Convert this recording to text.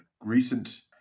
recent